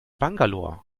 bangalore